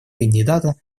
кандидата